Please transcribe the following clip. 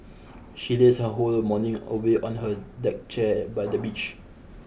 she lazed her whole morning away on her deck chair by the beach